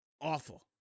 awful